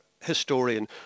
historian